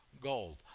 gold